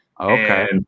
Okay